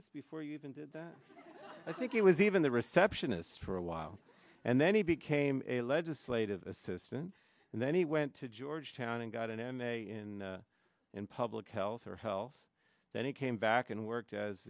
ist before you even did that i think it was even the receptionist for a while and then he became a legislative assistant and then he went to georgetown and got an m a in public health or health then he came back and worked as